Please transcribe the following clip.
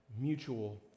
mutual